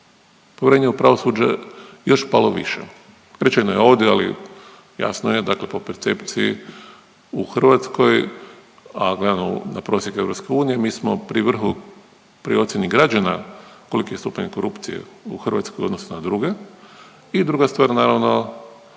povjerenje u pravosuđe još palo više. Rečeno je ovdje, ali jasno je dakle po percepciji u Hrvatskoj, a gledano na prosjek Europske unije mi smo pri vrhu pri ocijeni građana koliki je stupanj korupcije u Hrvatskoj u odnosu na druge i druga stvar naravno